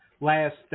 last